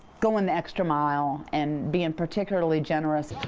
going the extra mile and be in particularly generous.